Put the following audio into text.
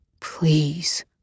Please